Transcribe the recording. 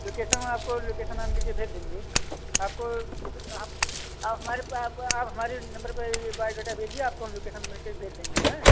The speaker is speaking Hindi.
लोकेसन हम आपको लोकेसन ऑन करके भेज देंगे आपको हम आप हमारे पे आप आप हमारे नम्बर पर ये बायोडाटा भेजिए आपको हम लोकेसन भर के भेज देंगे अऍं